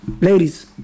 Ladies